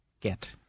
get